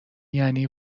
یعنی